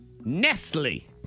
Nestle